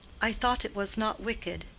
i thought it was not wicked.